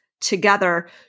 together